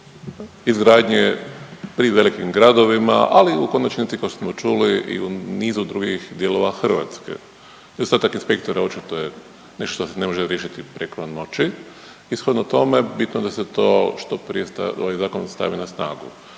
izgradnje pri velikim gradovima, ali u konačnici kao što smo čuli i u nizu drugih dijelova Hrvatske. Nedostatak inspektora očito je nešto što se ne može riješiti preko noći i shodno tome je bitno da se to što prije ovaj zakon stavi na snagu.